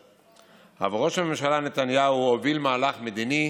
אבל ראש הממשלה נתניהו הוביל מהלך מדיני,